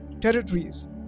territories